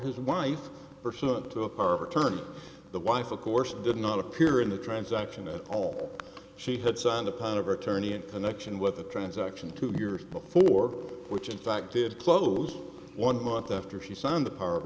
his wife pursuant to a power of return the wife of course did not appear in the transaction at all she had signed a plan of attorney in connection with the transaction two years before which in fact did close one month after she signed the power of